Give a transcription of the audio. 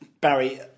Barry